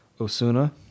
osuna